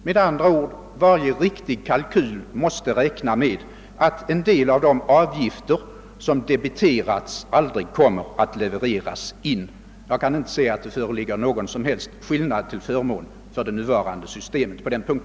Med andra ord: varje riktig kalkyl måste ta hänsyn till att en del av de avgifter som debiteras aldrig kommer att levereras in. Jag kan inte se att det på den punkten föreligger någon som helst skillnad till förmån för det nuvarande systemet.